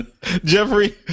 Jeffrey